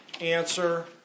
answer